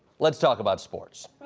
let's talk about sports.